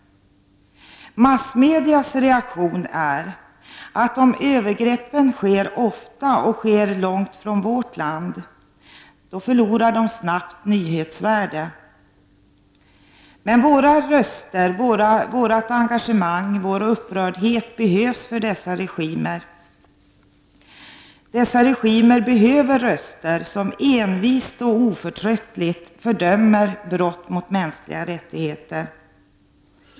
Massmedias reaktion är att om övergreppen sker ofta och sker långt från vårt land så förlorar de snabbt nyhetsvärde. Men våra röster, vårt engagemang och vår upprördhet behövs. Dessa regimer behöver röster som envist och oförtröttligt fördömer brott mot mänskliga rättigheter.